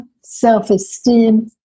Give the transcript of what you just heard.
self-esteem